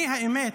האמת,